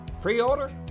Pre-order